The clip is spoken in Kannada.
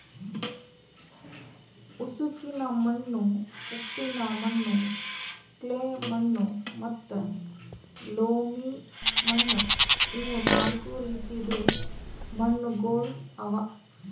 ಉಸುಕಿನ ಮಣ್ಣು, ಉಪ್ಪಿನ ಮಣ್ಣು, ಕ್ಲೇ ಮಣ್ಣು ಮತ್ತ ಲೋಮಿ ಮಣ್ಣು ಇವು ನಾಲ್ಕು ರೀತಿದು ಮಣ್ಣುಗೊಳ್ ಅವಾ